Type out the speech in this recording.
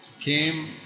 came